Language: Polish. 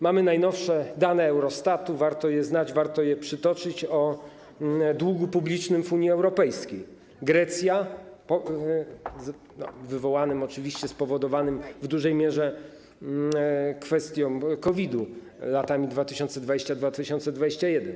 Mamy najnowsze dane Eurostatu, warto je znać, warto je przytoczyć, o długu publicznym w Unii Europejskiej, oczywiście wywołanym, spowodowanym w dużej mierze kwestią COVID-u, latami 2020-2021: